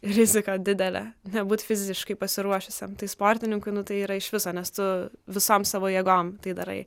rizika didelė nebūti fiziškai pasiruošusiam tai sportininkui tai yra iš viso ne su visom savo jėgom tai darai